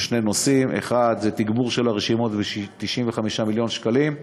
או שני נושאים: אחד זה תגבור של הרשימות ב-95 מיליון שקלים,